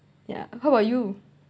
yeah how about you